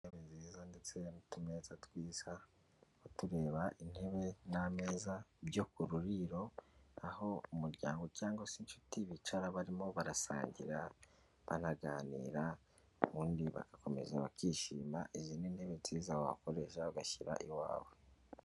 Intebe nziza ndetse nutumeza twiza kutureba intebe n'ameza byo ku ruriro aho umuryango cyangwa se inshuti bicara barimo barasangira banaganira ubundi bagakomeza bakishima izi ni ntebe nziza wakoresha u bagashyira iwawe.